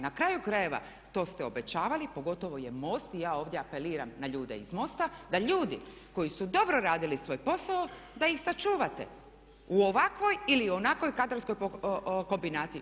Na kraju krajeva to ste obećavali, pogotovo je MOST, i ja ovdje apeliram na ljude iz MOST-a da ljudi koji su dobro radili svoj posao da ih sačuvate u ovakvoj ili onakvoj kadrovskoj kombinaciji.